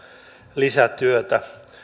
lisätyötä